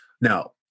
Now